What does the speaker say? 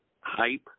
hype